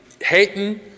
hating